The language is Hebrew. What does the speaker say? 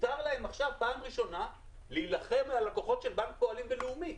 מותר להם עכשיו פעם ראשונה להילחם על הלקוחות של בנק הפועלים ולאומי.